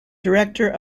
director